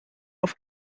auf